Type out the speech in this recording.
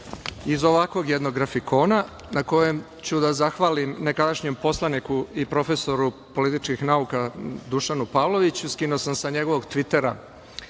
iz ovakvog jednog grafikona na kome ću da zahvalim nekadašnjem poslaniku i profesoru političkih nauka Dušanu Pavloviću, skinuo sam sa njegovog tvitera.